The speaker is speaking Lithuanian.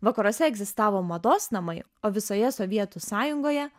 vakaruose egzistavo mados namai o visoje sovietų sąjungoje